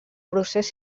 procés